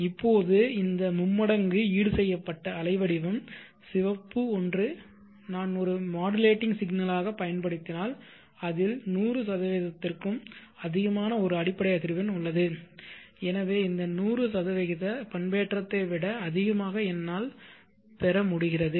இப்போது இந்த மும்மடங்கு ஈடுசெய்யப்பட்ட அலை வடிவம் சிவப்பு ஒன்று நான் ஒரு மாடுலேட்டிங் சிக்னலாகப் பயன்படுத்தினால் அதில் 100 க்கும் அதிகமான ஒரு அடிப்படை அதிர்வெண் உள்ளது எனவே இந்த 100 பண்பேற்றத்தை விட அதிகமாக என்னால் பெற முடிகிறது